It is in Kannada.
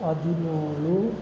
ಹದಿನೇಳು